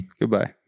Goodbye